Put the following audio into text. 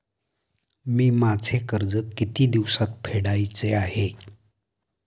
मी माझे कर्ज किती दिवसांत फेडायचे आहे?